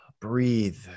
breathe